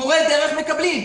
מורי דרך מקבלים,